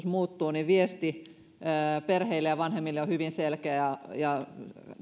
muuttuu viesti perheille ja vanhemmille on hyvin selkeä ja ja